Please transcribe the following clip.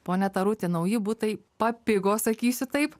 ponia taruti nauji butai papigo sakysiu taip